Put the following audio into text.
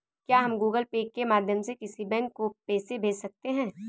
क्या हम Google Pay के माध्यम से किसी बैंक को पैसे भेज सकते हैं?